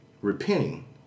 repenting